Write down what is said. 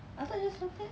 I thought just started